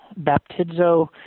Baptizo